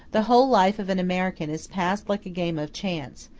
the whole life of an american is passed like a game of chance,